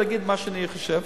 להגיד מה אני חושב.